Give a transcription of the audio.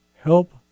help